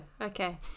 okay